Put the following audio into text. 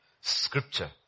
Scripture